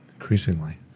increasingly